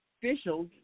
officials